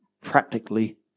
practically